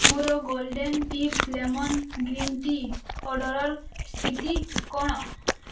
ମୋର golden tips lemon green tea order ସ୍ଥିତି କ'ଣ